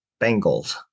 Bengals